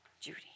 Judy